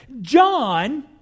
John